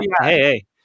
hey